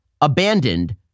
abandoned